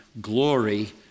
glory